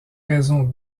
raison